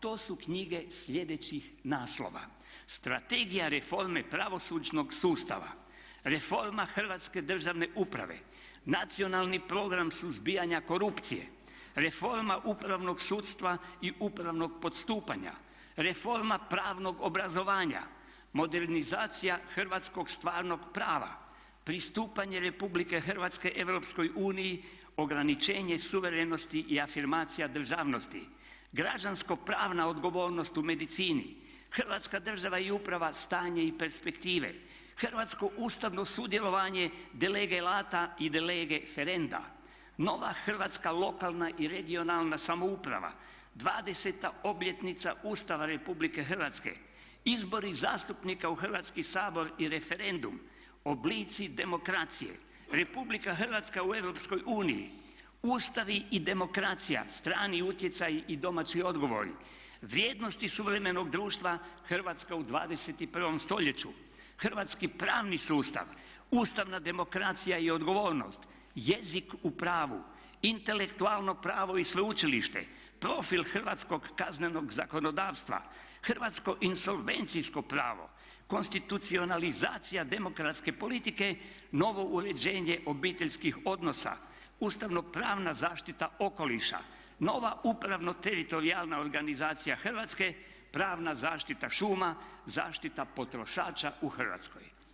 To su knjige sljedećih naslova: "Strategija reforme pravosudnog sustava", "Reforma hrvatske državne uprave", "Nacionalni program suzbijanja korupcije", "Reforma upravnog sudstva i upravnog postupanja", "Reforma pravnog obrazovanja", "Modernizacija hrvatskog stvarnog prava", "Pristupanje Republike Hrvatske Europskoj uniji, ograničenje suverenosti i afirmacija državnosti", "Građansko-pravna odgovornost u medicini", "Hrvatska država i uprava, stanje i perspektive", "Hrvatsko ustavno sudjelovanje de lege lata i de lege ferenda", "Nova hrvatska lokalna i regionalna samouprava", "20. obljetnica Ustava RH", "Izbori zastupnika u Hrvatski sabor i referendum", "Oblici demokracije", "Republika Hrvatska u EU", "Ustavi i demokracija – strani utjecaji i domaći odgovori", "Vrijednosti suvremenog društva Hrvatska u 21. stoljeću", "Hrvatski pravni sustav", "Ustavna demokracija i odgovornost", "Jezik u pravu", "Intelektualno pravo i sveučilište", "Profil hrvatskog kaznenog zakonodavstva", "Hrvatsko insolvencijsko pravo", "Konstitucionalizacija demokratske politike – novo uređenje obiteljskih odnosa", "Ustavno-pravna zaštita okoliša", "Nova upravno teritorijalna organizacija Hrvatske", "Pravna zaštita šuma", "Zaštita potrošača u Hrvatskoj"